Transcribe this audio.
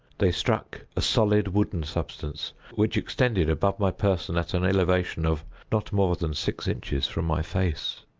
they struck a solid wooden substance, which extended above my person at an elevation of not more than six inches from my face.